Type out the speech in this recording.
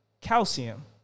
Calcium